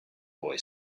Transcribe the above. boy